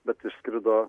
bet išskrido